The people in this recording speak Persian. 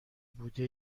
بوده